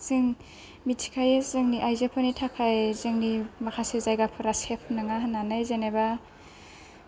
जों मिथिखायो जोंनि आइजोफोरनि थाखाय जोंनि माखासे जायगाफोरा सेफ नङा होननानै जेनोबा